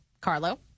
Carlo